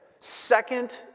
Second